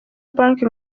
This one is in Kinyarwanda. banki